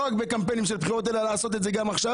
לא רק בקמפיינים של בחירות אלא לעשות את זה גם עכשיו,